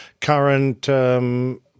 current